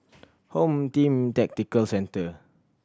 Home Team Tactical Centre